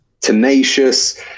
tenacious